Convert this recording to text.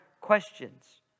questions